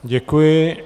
Děkuji.